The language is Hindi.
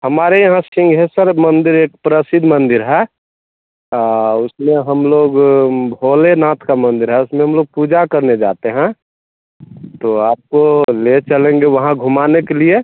हमारे यहाँ सिंहेस्वर मंदिर एक प्रसिद्ध मंदिर है उसमें हम लोग भोलेनाथ का मंदिर है उसमें हम लोग पूजा करने जाते हैं तो आपको ले चलेंगे वहाँ घुमाने के लिए